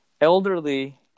Elderly